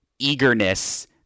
eagerness